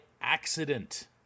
accident